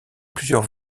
plusieurs